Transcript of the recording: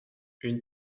une